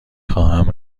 خواهم